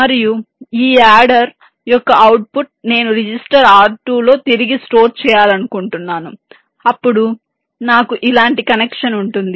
మరియు ఈ యాడర్ యొక్క అవుట్పుట్ నేను రిజిస్టర్ R2 లో తిరిగి స్టోర్ చేయాలనుకుంటున్నాను అప్పుడు నాకు ఇలాంటి కనెక్షన్ ఉంటుంది